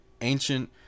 ancient